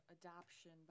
adoption